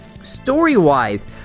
Story-wise